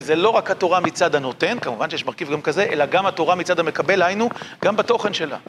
זה לא רק התורה מצד הנותן, כמובן שיש מרכיב גם כזה, אלא גם התורה מצד המקבל היינו, גם בתוכן שלה.